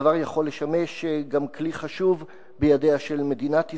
הדבר יכול לשמש גם כלי חשוב בידיה של מדינת ישראל,